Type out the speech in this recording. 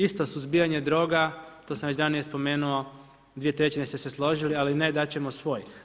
Isto, suzbijanje droga, to sam već ranije spomenuo, 2/3 ste se složili, ali ne, dat ćemo svoj.